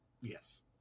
yes